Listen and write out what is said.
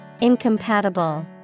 Incompatible